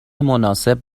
مناسب